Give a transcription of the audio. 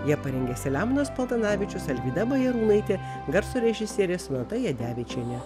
ją parengė selemonas paltanavičius alvyda bajarūnaitė garso režisierė sonata jadevičienė